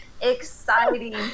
exciting